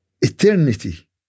Eternity